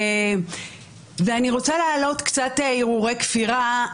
ואני רוצה להעלות קצת הרהורי כפירה.